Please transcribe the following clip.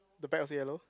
the back also yellow